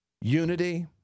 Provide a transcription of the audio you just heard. unity